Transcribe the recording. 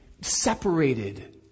separated